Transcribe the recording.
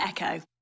echo